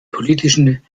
politischen